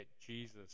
Jesus